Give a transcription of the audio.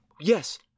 Yes